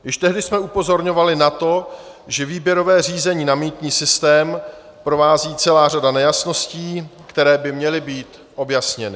Již tehdy jsme upozorňovali na to, že výběrové řízení na mýtný systém provází celá řada nejasností, které by měly být objasněny.